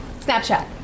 Snapchat